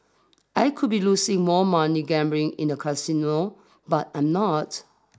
I could be losing more money gambling in a casino but I'm not